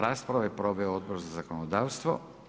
Raspravu je proveo Odbor za zakonodavstvo.